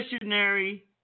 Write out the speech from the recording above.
Missionary